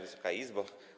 Wysoka Izbo!